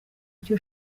icyo